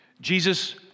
Jesus